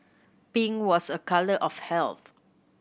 pink was a colour of health